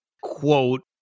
quote